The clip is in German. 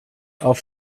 auf